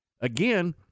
again